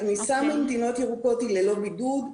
הכניסה ממדינות ירוקות היא ללא בידוד.